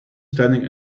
standing